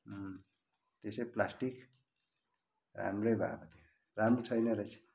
त्यसै प्लास्टिक राम्रै भयो अब त्यो राम्रो छैन रहेछ